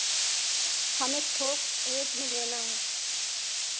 हमें थोक रेट में लेना है